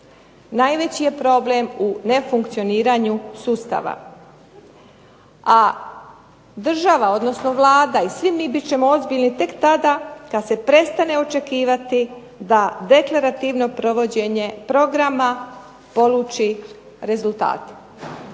Najveći je problem u nefunkcioniranju sustava. A država odnosno Vlada i svi mi bit ćemo ozbiljni tek tada kad se prestane očekivati da deklarativno provođenje programa poluči rezultate.